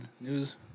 news